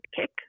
kick